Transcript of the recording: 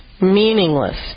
meaningless